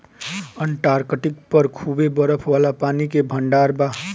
Antarctic पर खूबे बरफ वाला पानी के भंडार बा